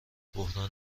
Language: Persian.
بحران